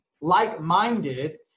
like-minded